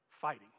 fighting